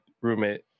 roommate